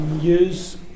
Use